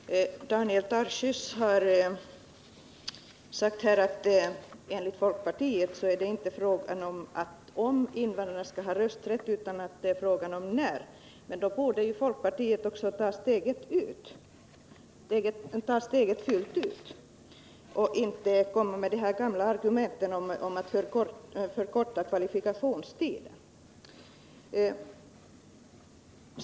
Fru talman! Daniel Tarschys har sagt att för folkpartiet är inte frågan om invandrarna skall ha rösträtt utan när. Då borde folkpartiet också ta steget fullt ut och inte komma med det gamla argumentet om att förkorta kvalifikationstiden.